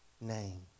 name